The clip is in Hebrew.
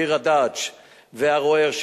ביר-הדאג' וערוער,